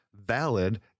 valid